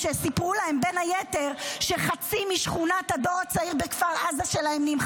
כשסיפרו להן בין היתר שחצי משכונת הדור הצעיר שלהן בכפר עזה,